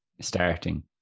starting